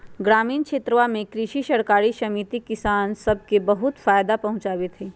ग्रामीण क्षेत्रवा में कृषि सरकारी समिति किसान सब के बहुत फायदा पहुंचावीत हई